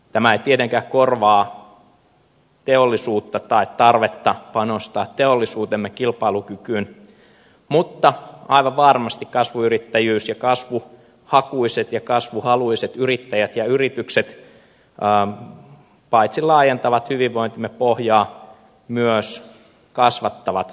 tämä ei tietenkään korvaa teollisuutta tai tarvetta panostaa teollisuutemme kilpailukykyyn mutta aivan varmasti kasvuyrittäjyys ja kasvuhakuiset ja kasvuhaluiset yrittäjät ja yritykset paitsi laajentavat hyvinvointimme pohjaa myös kasvattavat hyvinvointia